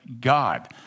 God